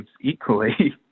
equally